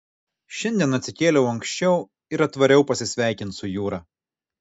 šiandien atsikėliau anksčiau ir atvariau pasisveikint su jūra